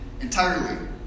entirely